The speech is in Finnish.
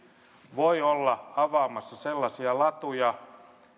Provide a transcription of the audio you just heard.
voi olla avaamassa sellaisia latuja